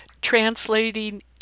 translating